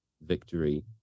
victory